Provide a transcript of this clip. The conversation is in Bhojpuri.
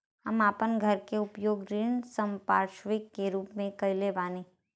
हम आपन घर के उपयोग ऋण संपार्श्विक के रूप में कइले बानी